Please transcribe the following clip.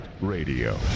Radio